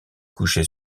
coucher